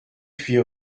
huit